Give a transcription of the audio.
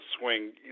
swing